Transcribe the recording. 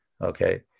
okay